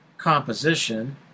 composition